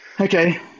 Okay